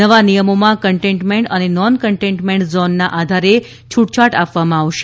નવા નિયમોમાં કન્ટેઈન્મેન્ટ અને નોન કન્ટેઈન્મેન્ટ ઝોનના આધારે છૂટછાટ આપવામાં આવશે